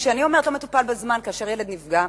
וכשאני אומרת "לא מטופל בזמן" כאשר ילד נפגע,